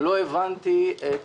לא הבנתי את